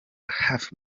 hafi